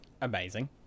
Amazing